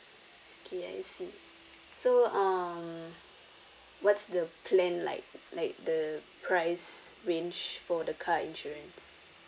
okay I see so um what's the plan like like the price range for the car insurance